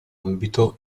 ambito